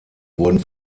wurden